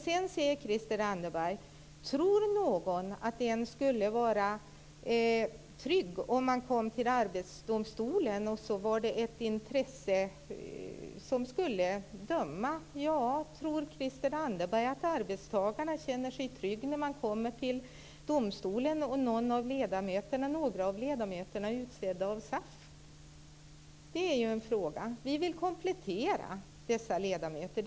Dels frågar hon om någon tror att en person skulle vara trygg om han eller hon kom till Arbetsdomstolen och ett intresse skulle döma. Tror Christel Anderberg att arbetstagarna känner sig trygga när de kommer till domstolen och några av ledamöterna där är utsedda av SAF? Det är också en fråga. Vänsterpartiet vill komplettera dessa ledamöter.